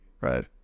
right